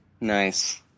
Nice